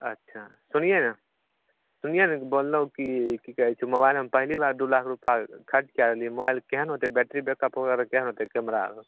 अच्छा सुनियै ने सुनियै ने बोलहो कि की कहै छै मोबाइल हम पहली बार दू लाख रूपा खर्च कऽ रहलियै मोबाइल केहन होतै बैट्री बैकअप ओकर केहन होते कैमरा